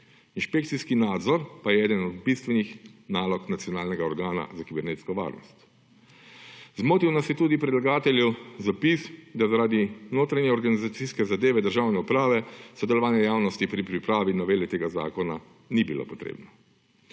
Inšpekcijski nadzor pa je eden od bistvenih nalog nacionalnega organa za kibernetsko varnost. Zmotil nas je tudi predlagateljev zapis, da zaradi notranje organizacijske zadeve državne uprave sodelovanje javnosti pri pripravi novele tega zakona ni bilo potrebno.